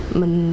mình